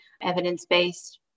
evidence-based